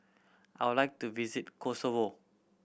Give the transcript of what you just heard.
I would like to visit Kosovo